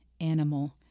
animal